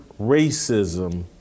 racism